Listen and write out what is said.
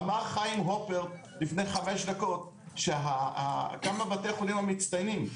אמר חיים הופרט לפני חמש דקות כמה בתי החולים מצטיינים,